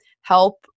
help